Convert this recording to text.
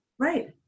Right